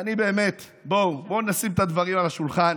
באמת, בואו, בואו נשים את הדברים על השולחן.